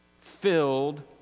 Filled